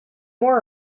more